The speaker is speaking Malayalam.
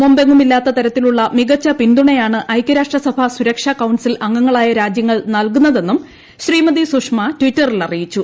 മുമ്പെങ്ങുമില്ലാത്ത തരത്തിലുള്ള മികച്ച പിന്തുണയാണ് ഐക്യരാഷ്ട്ര സഭ സുരക്ഷാ കൌൺസിൽ അംഗങ്ങളായ രാജ്യങ്ങൾ നൽകുന്നതെന്നും ശ്രീമതി സുഷമ ട്വിറ്ററിൽ കുറിച്ചു